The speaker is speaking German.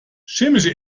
chemische